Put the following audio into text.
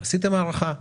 עשיתם הערכה.